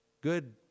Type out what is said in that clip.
Good